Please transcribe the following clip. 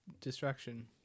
destruction